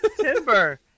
Timber